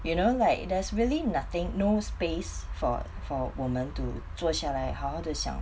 you know like there's really nothing no space for for 我们 to 坐下来好好地想